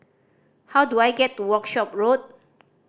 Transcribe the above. how do I get to Workshop Road